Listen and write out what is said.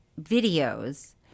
videos